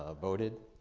ah voted.